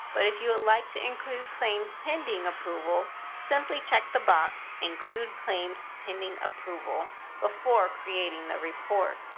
but if you would like to include claims pending approval simply check the box include claims pending approval before creating the report.